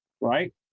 right